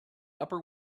upper